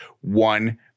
one